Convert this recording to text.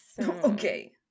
Okay